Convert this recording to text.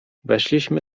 weszliśmy